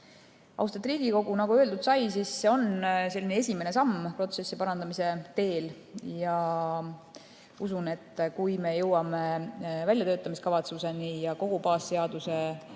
Austatud Riigikogu! Nagu öeldud sai, see on esimene samm protsessi parandamise teel. Usun, et kui me jõuame väljatöötamiskavatsuseni ja kogu baasseaduse uue